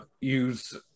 use